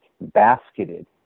basketed